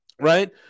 right